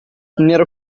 nero